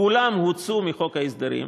כולם הוצאו מחוק ההסדרים,